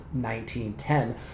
1910